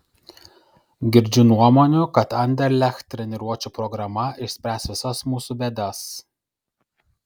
girdžiu nuomonių kad anderlecht treniruočių programa išspręs visas mūsų bėdas